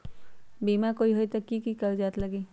बिमा होई त कि की कागज़ात लगी?